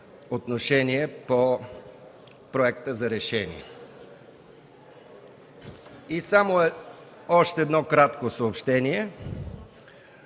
отношение по Проекта за решение. Още едно кратко съобщение: